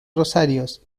rosarios